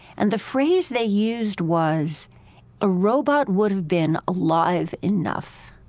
and the phrase they used was a robot would have been alive enough,